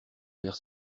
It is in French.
faire